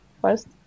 first